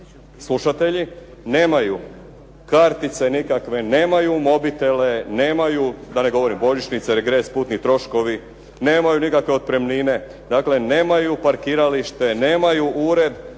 slušatelji nemaju kartice nikakve, nemaju mobitele, nemaju da ne govorim božićnice, regres, putni troškovi, nemaju nikakve otpremnine. Dakle, nemaju parkiralište, nemaju ured.